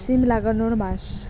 সিম লাগানোর মাস?